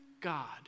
God